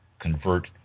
convert